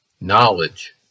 Knowledge